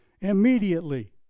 Immediately